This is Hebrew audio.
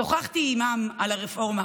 שוחחתי עימם על הרפורמה,